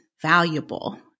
valuable